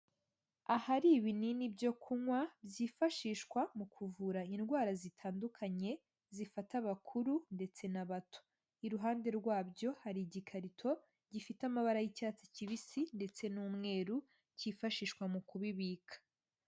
Ahari ibinini byo kunywa byifashishwa mu kuvura indwara zitandukanye zifata abakuru ndetse n'abato. Iruhande rwabyo hari igikarito gifite amabara y'icyatsi kibisi ndetse n'umweru kifashishwa mu kubibika.